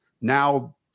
now